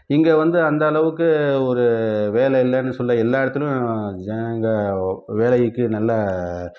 இங்கே வந்து அந்தளவுக்கு ஒரு வேலை இல்லைன்னு சொல்ல எல்லா இடத்துலயும் ஜனங்கள் வேலைக்கு நல்லா